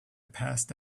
passed